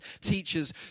teachers